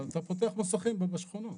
אתה פותח מוסכים בשכונות.